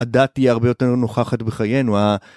הדת היא הרבה יותר נוכחת בחיינו.